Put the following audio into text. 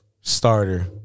starter